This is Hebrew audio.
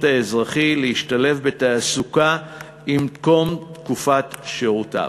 האזרחי להשתלב בתעסוקה עם תום תקופת שירותם.